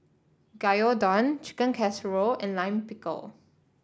Gyudon Chicken Casserole and Lime Pickle